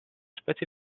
specie